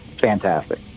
fantastic